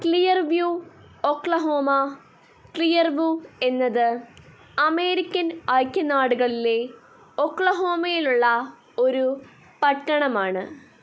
Clearview Oklahoma Clearview എന്നത് American ഐക്യനാടുകളിലെ ഒക്ലഹോമയിലുള്ള ഒരു പട്ടണമാണ്